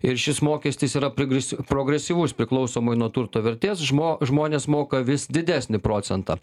ir šis mokestis yra prigris progresyvus priklausomai nuo turto vertės žmo žmonės moka vis didesnį procentą